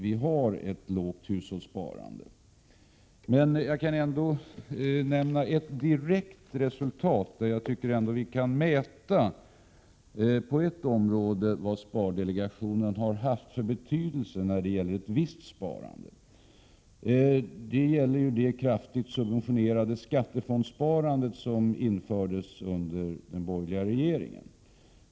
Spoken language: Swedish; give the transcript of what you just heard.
Jag kan emellertid nämna ett exempel som direkt visar spardelegationens betydelse. Det gäller det kraftigt subventionerade skattefondssparandet som infördes under den borgerliga regeringen.